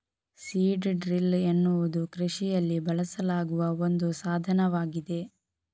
seed drill ಎನ್ನುವುದು ಕೃಷಿಯಲ್ಲಿ ಬಳಸಲಾಗುವ ಒಂದು ಸಾಧನವಾಗಿದೆ